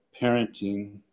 parenting